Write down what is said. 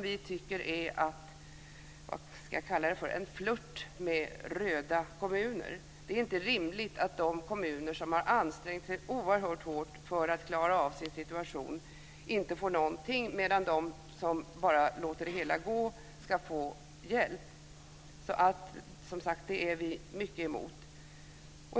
Vi tycker att det är en flirt med röda kommuner. Det är inte rimligt att de kommuner som har ansträngt sig oerhört hårt för att klara av sin situation inte får någonting, medan de som bara låter det hela gå ska få hjälp. Det är vi helt emot.